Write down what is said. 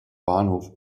bahnhof